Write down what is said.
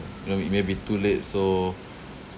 you know it may be too late so